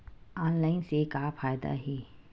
Online से का फ़ायदा हे?